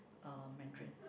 uh Mandarin